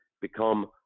become